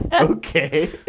Okay